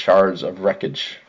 shards of wreckage